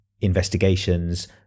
investigations